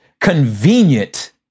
convenient